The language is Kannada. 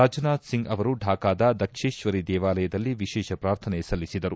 ರಾಜ್ನಾಥ್ ಸಿಂಗ್ ಅವರು ಢಾಕಾದ ದಕ್ಷೇಶ್ವರಿ ದೇವಾಲಯದಲ್ಲಿ ವಿಶೇಷ ಪ್ರಾರ್ಥನೆ ಸಲ್ಲಿಸಿದರು